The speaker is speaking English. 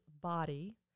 body